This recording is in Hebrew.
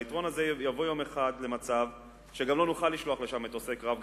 והיתרון הזה יגיע יום אחד למצב שגם לא נוכל לשלוח לשם מטוסי קרב,